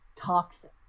toxic